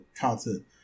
content